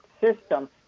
system